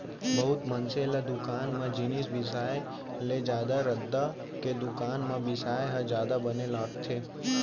बहुत मनसे ल दुकान म जिनिस बिसाय ले जादा रद्दा के दुकान म बिसाय ह जादा बने लागथे